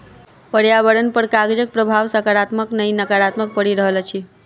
पर्यावरण पर कागजक प्रभाव साकारात्मक नै नाकारात्मक पड़ि रहल अछि